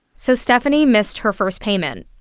so stephanie missed her first payment,